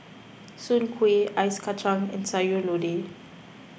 Soon Kway Ice Kacang and Sayur Lodeh